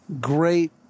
great